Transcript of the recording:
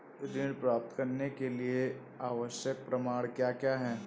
ऋण प्राप्त करने के लिए आवश्यक प्रमाण क्या क्या हैं?